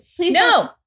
no